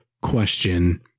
question